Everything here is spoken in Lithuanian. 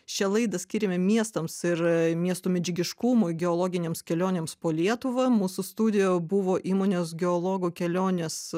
šią laidą skiriame miestams ir miestų medžiagiškumui geologinėms kelionėms po lietuvą mūsų studijoje buvo įmonės geologo kelionės